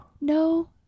no